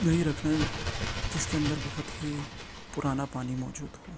نہیں رکھنا ہے جس کے اندر بہت ہی پرانا پانی موجود ہو